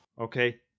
okay